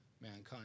mankind